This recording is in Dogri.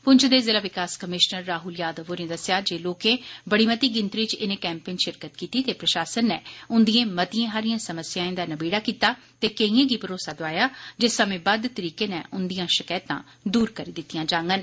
पुंछ दे जिला विकास कमीशनर राह्ल यादव होरें दस्सेया जे लोकें बड़ी मती गिनतरी च इनें कैम्पें च शिरकत कीती ते प्रशासन नै उन्दियें मतियें हट्टियें समस्याएं दा नबेड़ा कीता ते केड़यें गी भरोसा दोआया जे समेंबद्द तरीके नै उन्दियां शकैतां दूर करी दितियां जागंन